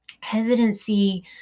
hesitancy